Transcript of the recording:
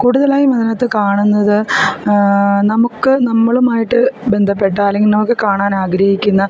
കൂടുതലായും അതിനകത്ത് കാണുന്നത് നമുക്ക് നമ്മളുമായിട്ടു ബന്ധപ്പെട്ട അല്ലെങ്കിൽ നമുക്കു കാണാൻ ആഗ്രഹിക്കുന്ന